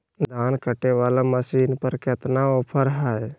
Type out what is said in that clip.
धान कटे बाला मसीन पर कतना ऑफर हाय?